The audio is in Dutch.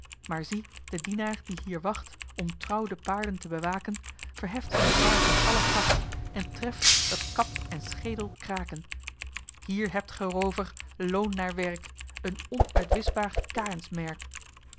maar zie de dienaar die hier wacht om trouw de paarden te bewaken verheft zijn zwaard met alle kracht en treft dat kap en schedel kraken hier hebt ge roover loon naar werk een